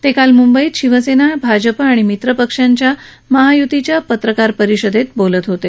ते काल म्ंबईत शिवसेना भाजप आणि मित्रपक्षांच्या महाय्तीच्या पत्रकार परिषदेत बोलत होते